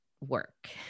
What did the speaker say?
work